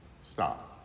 stop